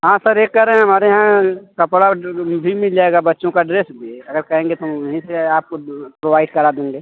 हाँ सर ये कह रहें हमारे यहाँ कपड़ा भी मिल जाएगा बच्चों का ड्रेस भी अगर कहेंगे तो वहीं से आपको प्रोवाइड करा देंगे